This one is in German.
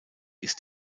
ist